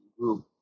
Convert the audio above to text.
group